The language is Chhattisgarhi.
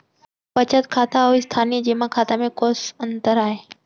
बचत खाता अऊ स्थानीय जेमा खाता में कोस अंतर आय?